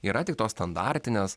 yra tik tos standartinės